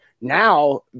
Now